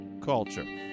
culture